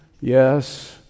yes